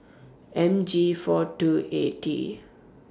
M G four two A T